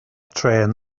trên